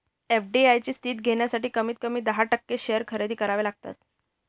FDI ची स्थिती घेण्यासाठी कमीत कमी दहा टक्के शेअर खरेदी करावे लागतात